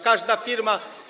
Każda firma.